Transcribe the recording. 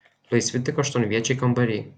laisvi tik aštuonviečiai kambariai